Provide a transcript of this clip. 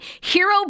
Hero